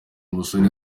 musore